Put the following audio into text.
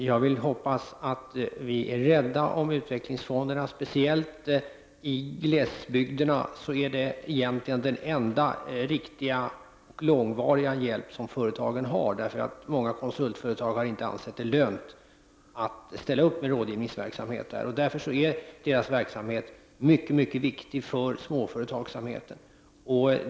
Herr talman! Jag hoppas att vi är rädda om utvecklingsfonderna. Speciellt i glesbygden är dessa egentligen den enda riktiga långvariga hjälpen för företagen. Många konsultföretag har inte ansett det lönsamt att ställa upp med rådgivningsverksamhet där. Därför är utvecklingsfondernas verksamhet mycket viktig för småföretagsamhet.